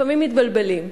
לפעמים מתבלבלים.